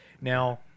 Now